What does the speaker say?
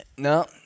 No